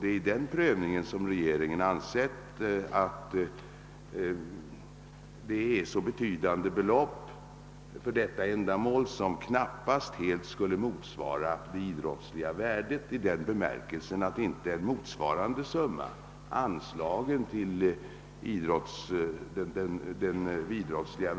Det är vid denna prövning som regeringen funnit att de belopp, som kommer i fråga, är så betydande att det idrottsliga värdet knappast helt skulle uppväga kostnaderna jämfört med vad man skulle få ut om en motsvarande summa anslogs till den idrottsliga verksamheten i stort.